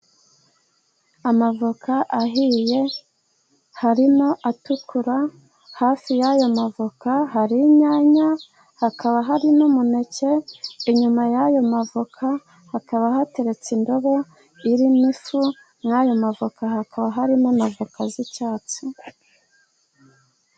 Amavoka ahiye harimo atukura. Hafi y'ayo mavoka hari inyanya, hakaba hari n'umuneke. Inyuma y'ayo mavoka hakaba hateretse indobo irimo ifu, muri ayo mavoka hakaba harimo n'avoka z'icyatsi.